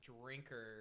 drinker